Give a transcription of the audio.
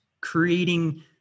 creating